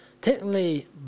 Technically